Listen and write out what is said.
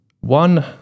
one